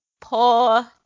poor